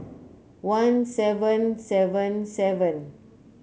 one seven seven seven